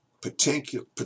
particular